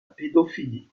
pédophilie